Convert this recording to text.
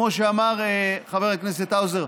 כמו שאמר חבר הכנסת האוזר,